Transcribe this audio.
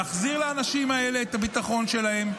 להחזיר לאנשים האלה את הביטחון שלהם,